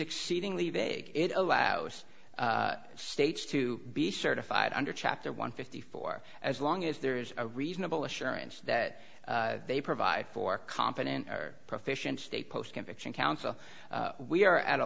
exceedingly vague it allows states to be certified under chapter one fifty four as long as there is a reasonable assurance that they provide for a competent or proficient state post conviction counsel we are at a